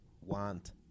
want